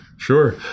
Sure